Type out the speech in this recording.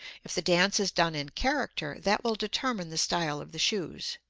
if the dance is done in character, that will determine the style of the shoes.